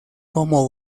como